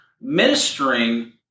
ministering